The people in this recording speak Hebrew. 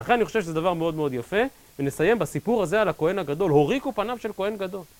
לכן אני חושב שזה דבר מאוד מאוד יפה, ונסיים בסיפור הזה על הכהן הגדול, הוריקו פניו של כהן גדול.